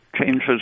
changes